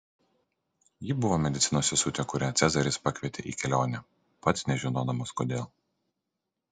ji buvo medicinos sesutė kurią cezaris pakvietė į kelionę pats nežinodamas kodėl